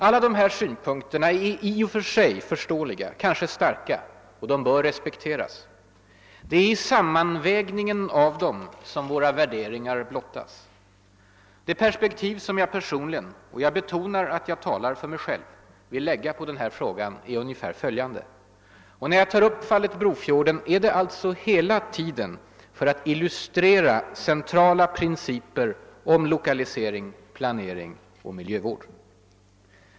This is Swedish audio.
Alla de här synpunkterna är i och för sig förståeliga, kanske starka, och de bör respekteras. Det är i sammanvägningen av dem som våra värderingar blottas. Det perspektiv som jag personligen — jag betonar att jag talar för mig personligen — vill anlägga på denna fråga är ungefär följande. När jag nu tar upp fallet Brofjorden är det alltså hela tiden för att illustrera centrala principer om lokalisering, planering och miljövård.